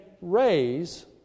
raise